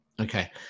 okay